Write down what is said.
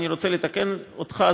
אני רוצה לתקן אותך,